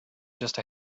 just